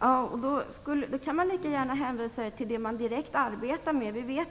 Låt mig då i stället hänvisa till det Sverige direkt arbetar med.